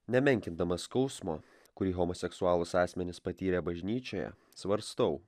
nemenkindamas skausmo kurį homoseksualūs asmenys patyrė bažnyčioje svarstau